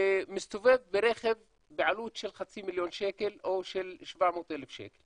ומסתובב ברכב בעלות של חצי מיליון שקל או של 700,000 שקל